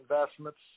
Investments